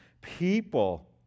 people